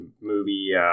movie